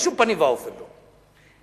בשום פנים ואופן לא,